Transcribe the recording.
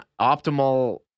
optimal